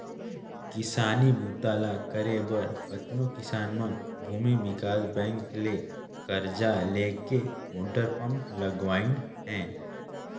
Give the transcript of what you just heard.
किसानी बूता ल करे बर कतनो किसान मन भूमि विकास बैंक ले करजा लेके मोटर पंप लगवाइन हें